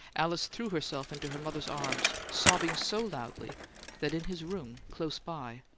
alice threw herself into her mother's arms, sobbing so loudly that in his room, close by,